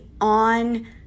on